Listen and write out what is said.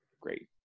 great